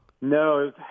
No